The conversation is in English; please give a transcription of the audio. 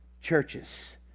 churches